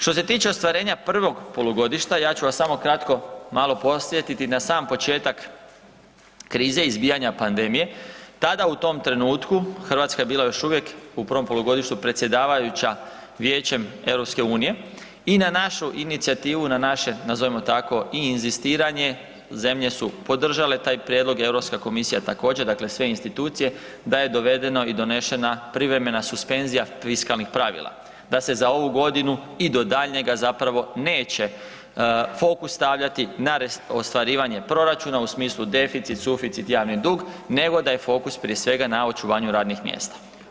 Što se tiče ostvarenja prvog polugodišta, ja ću vas samo kratko malo podsjetiti na sam početak krize izbijanja pandemije, tada u tom trenutku Hrvatska je bila još uvijek u prvom polugodištu predsjedavajuća Vijećem EU i na našu inicijativu, na naše nazivamo tako i inzistiranje zemlje su podržale taj prijedlog, Europska komisija također dakle sve institucije, da je dovedeno i donešena privremena suspenzija fiskalnih pravila, da se za ovu godinu i do daljnjega neće fokus stavljati na ostvarivanje proračuna u smislu deficit, suficit, javni dug nego da je fokus prije svega na očuvanju radnih mjesta.